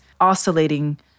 oscillating